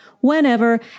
whenever